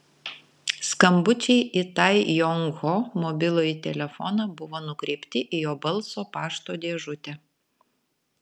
skambučiai į tai jong ho mobilųjį telefoną buvo nukreipti į jo balso pašto dėžutę